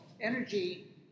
energy